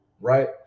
Right